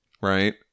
right